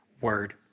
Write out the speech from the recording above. word